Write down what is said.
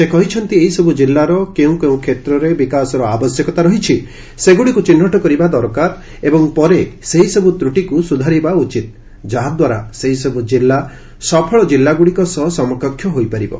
ସେ କହିଛନ୍ତି ଏହିସବୁ ଜିଲ୍ଲାର କେଉଁ କେଉଁ କ୍ଷେତ୍ରରେ ବିକାଶର ଆବଶ୍ୟକତା ରହିଛି ସେଗୁଡ଼ିକୁ ଚିହ୍ନଟ କରିବା ଦରକାର ଏବଂ ପରେ ସେହିସବୁ ତ୍ରୁଟିକୁ ସୁଧାରିବା ଉଚିତ ଯାହାଦ୍ୱାରା ସେହିସବୁ ଜିଲ୍ଲା ସଫଳ କିଲ୍ଲାଗୁଡ଼ିକ ସହ ସମକକ୍ଷ ହୋଇପାରିବେ